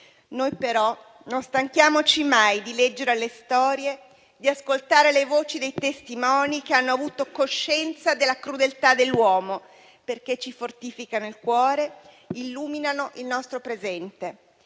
Noi però non stanchiamoci mai di leggere le storie, di ascoltare le voci dei testimoni che hanno avuto coscienza della crudeltà dell'uomo, perché ci fortificano il cuore, illuminano il nostro presente